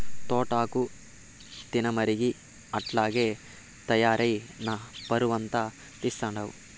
తోటాకు తినమరిగి అట్టాగే తయారై నా పరువంతా తీస్తండావు